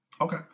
Okay